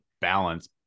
balance